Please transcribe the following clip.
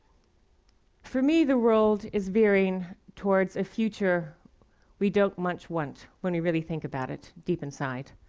for me, the world is veering towards a future we don't much want when we really think about it deep inside.